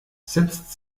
setzt